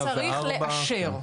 שצריך לאשר.